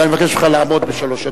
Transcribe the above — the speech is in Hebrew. ואני מבקש ממך לעמוד בשלוש הדקות.